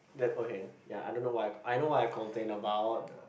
that okay ya I don't know why I know what I complained about